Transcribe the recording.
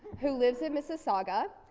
who lives in mississauga.